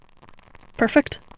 Perfect